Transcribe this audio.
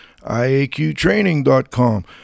iaqtraining.com